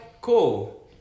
cool